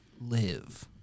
live